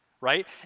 right